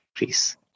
increase